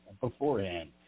beforehand